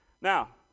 Now